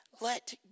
Let